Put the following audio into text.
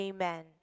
Amen